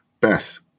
best